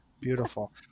Beautiful